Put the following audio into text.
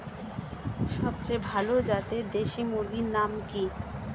সবচেয়ে ভালো জাতের দেশি মুরগির নাম কি?